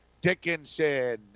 dickinson